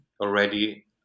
already